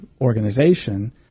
organization